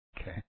okay